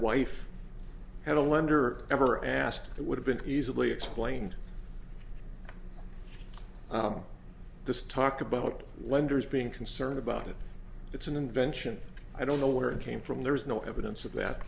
wife had a lender ever asked that would have been easily explained this talk about lenders being concerned about it it's an invention i don't know where it came from there was no evidence of that